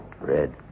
Red